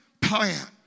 plan